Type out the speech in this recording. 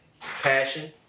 passion